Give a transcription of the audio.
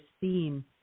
theme